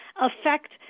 affect